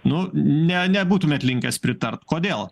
nu ne nebūtumėt linkęs pritart kodėl